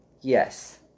yes